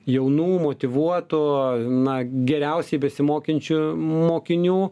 jaunų motyvuotų na geriausiai besimokančių mokinių